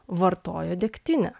vartojo degtinę